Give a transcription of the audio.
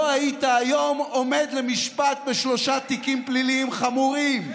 לא היית היום עומד למשפט בשלושה תיקים פליליים חמורים.